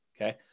okay